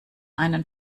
einen